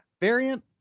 variant